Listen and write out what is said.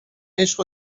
عشق